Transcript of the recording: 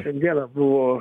šiandieną buvo